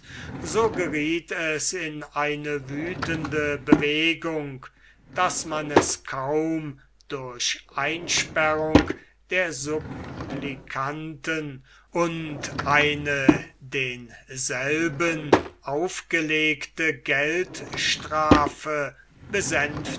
so gerieth es in eine wüthende bewegung daß man es kaum durch einsperrung der supplikanten und eine denselben aufgelegte geldstrafe